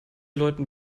leuten